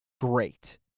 great